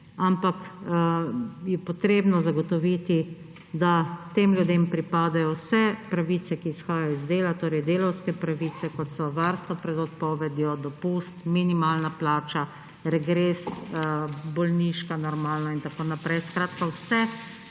ampak je treba zagotoviti, da tem ljudem pripadajo vse pravice, ki izhajajo iz dela, torej delavske pravice, kot so varstvo pred odpovedjo, dopust, minimalna plača, regres, normalna bolniška in tako naprej, skratka vse,